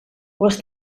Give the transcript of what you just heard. les